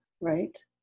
right